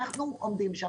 אנחנו עומדים שם,